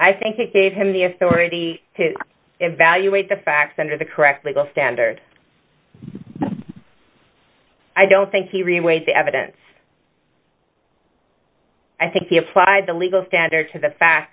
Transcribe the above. i think it gave him the authority to evaluate the facts under the correct legal standard i don't think he really weighed the evidence i think he applied the legal standard to the fact